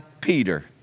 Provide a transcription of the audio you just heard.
Peter